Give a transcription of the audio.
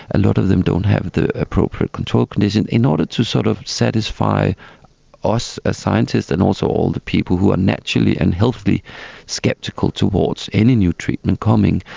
a lot of them don't have the appropriate control conditions in order to sort of satisfy us as ah scientists and also all the people who are naturally and healthily sceptical towards any new treatment coming,